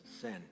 sin